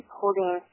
holding